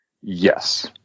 Yes